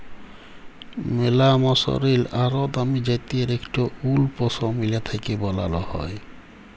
ম্যালা মসরিল আর দামি জ্যাত্যের ইকট উল পশমিলা থ্যাকে বালাল হ্যয়